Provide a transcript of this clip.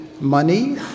money